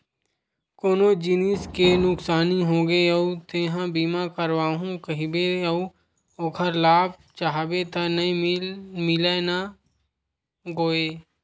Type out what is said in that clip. कोनो जिनिस के नुकसानी होगे अउ तेंहा बीमा करवाहूँ कहिबे अउ ओखर लाभ चाहबे त नइ मिलय न गोये